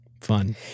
fun